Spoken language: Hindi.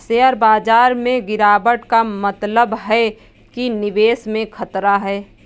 शेयर बाजार में गिराबट का मतलब है कि निवेश में खतरा है